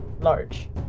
large